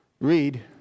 read